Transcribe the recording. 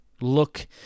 look